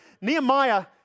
Nehemiah